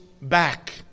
back